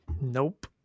Nope